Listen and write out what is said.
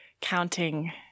counting